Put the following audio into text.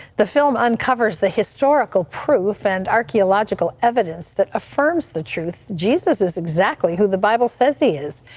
the film uncovers the historical proof and archaeological evidence that affirms the truth jesus is exactly who the bible says he is.